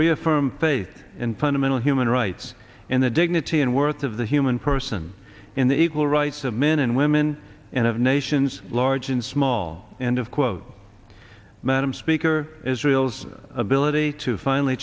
reaffirm faith and fundamental human rights and the dignity and worth of the human person in the equal rights of men and women and of nations large and small and of quote madam speaker israel's ability to finally